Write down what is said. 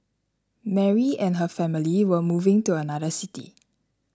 Mary and her family were moving to another city